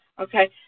Okay